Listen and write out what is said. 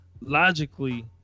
logically